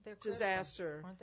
disaster